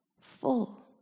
full